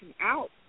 out